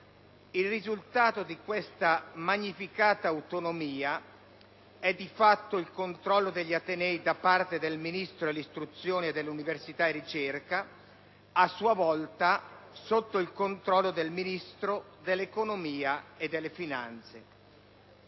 Il risultato di questa magnificata autonomia è di fatto il controllo degli atenei da parte del Ministro dell'istruzione, dell'università e della ricerca, a sua volta sotto il controllo del Ministro dell'economia e delle finanze.